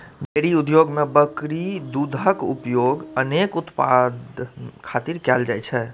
dairy उद्योग मे बकरी दूधक उपयोग अनेक उत्पाद खातिर कैल जाइ छै